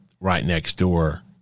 right-next-door